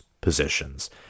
positions